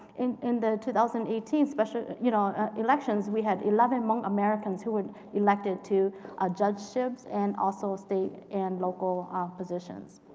in the two thousand and eighteen special you know ah elections, we had eleven hmong americans who were elected to ah judgeships and also state and local ah positions.